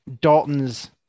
Dalton's